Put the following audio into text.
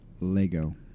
Lego